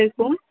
headphone